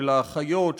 של האחיות,